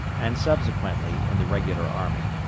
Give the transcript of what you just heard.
and, subsequently, in the regular army.